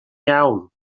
iawn